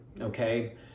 okay